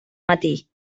matí